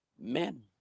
Men